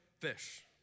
fish